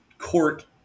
court